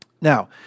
Now